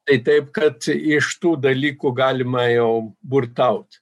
tai taip kad iš tų dalykų galima jau burtaut